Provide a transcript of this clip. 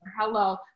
Hello